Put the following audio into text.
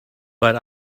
but